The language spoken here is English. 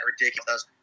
ridiculous